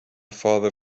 father